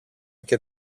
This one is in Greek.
και